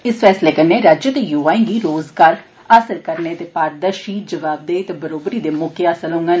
इस फैसले कन्नै राज्य दे युवाए गी रोजगार हासल करने दे पारदर्शी जोआबदेही ते बराबरी दे मौके हासल होड़न